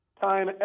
time